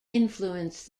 influenced